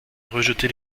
rejeté